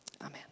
Amen